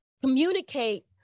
communicate